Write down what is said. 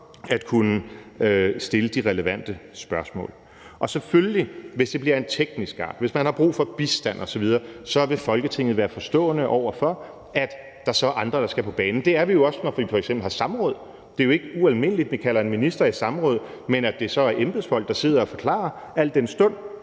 at kunne stille de relevante spørgsmål. Og selvfølgelig, hvis det bliver af teknisk art, eller hvis man har brug for bistand osv., vil Folketinget være forstående over for, at der så er andre, der skal på banen. Det er vi jo også, når vi f.eks. har samråd. Det er jo ikke ualmindeligt, at vi kalder en minister i samråd, men at det så ofte er embedsfolk, der sidder og forklarer, al den stund